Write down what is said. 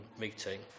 meeting